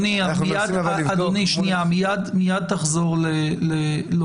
מייד תחזור לומר את הדברים.